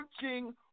searching